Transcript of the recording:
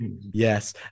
Yes